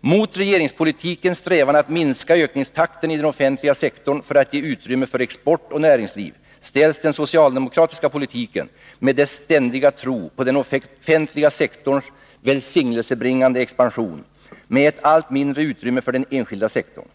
Mot regeringspolitikens strävan att minska ökningstakten i den offentliga sektorn för att ge utrymme för export och näringsliv ställs den socialdemokratiska politiken med dess ständiga tro på den offentliga sektorns välsignelsebringande expansion med ett allt mindre utrymme för den enskilda sektorn.